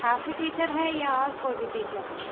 आप ही टीचर हैं या और कोई भी टीचर हैं